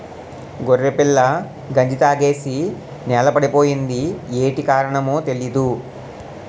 గొర్రెపిల్ల గంజి తాగేసి నేలపడిపోయింది యేటి కారణమో తెలీదు